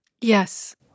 Yes